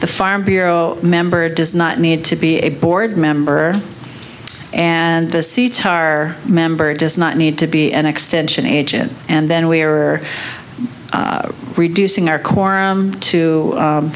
the farm bureau member does not need to be a board member and the seats are member does not need to be an extension agent and then we are reducing our corum to